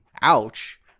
Ouch